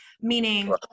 Meaning